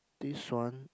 this one